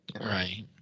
Right